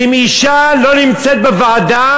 שאם אישה לא נמצאת בוועדה,